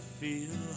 feel